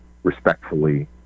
respectfully